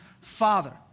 father